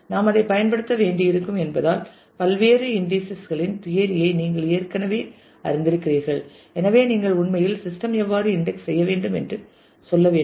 நாம் அதைப் பயன்படுத்த வேண்டியிருக்கும் என்பதால் பல்வேறு இன்டீஸஸ் களின் தியரி ஐ நீங்கள் ஏற்கனவே அறிந்திருக்கிறீர்கள் எனவே நீங்கள் உண்மையில் சிஸ்டம் எவ்வாறு இன்டெக்ஸ் செய்ய வேண்டும் என்று சொல்ல வேண்டும்